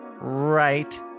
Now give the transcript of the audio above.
right